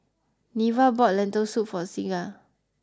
Neva bought Lentil soup for Signa